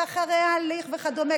ואחרי ההליך וכדומה,